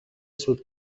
سوت